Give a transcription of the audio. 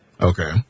Okay